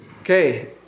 Okay